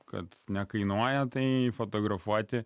kad nekainuoja tai fotografuoti